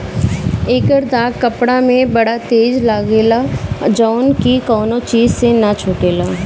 एकर दाग कपड़ा में बड़ा तेज लागेला जउन की कवनो चीज से ना छुटेला